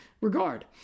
regard